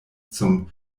zum